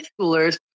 schoolers